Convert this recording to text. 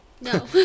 No